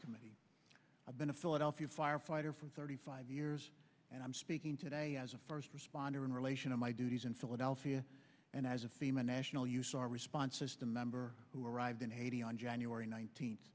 subcommittee i've been a philadelphia firefighter from thirty five years and i'm speaking today as a first responder in relation to my duties in philadelphia and as a fema national use our responses to member who arrived in haiti on january nineteenth